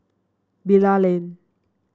Bilal Lane